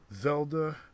Zelda